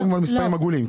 מדברים כאן במספרים עגולים.